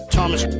Thomas